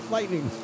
Lightning